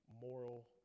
moral